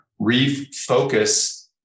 refocus